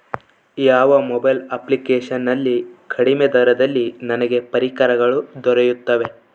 ಯಾವ mobile application ನಲ್ಲಿ ಕಡಿಮೆ ದರದಲ್ಲಿ ನನಗೆ ಪರಿಕರಗಳು ದೊರೆಯುತ್ತವೆ?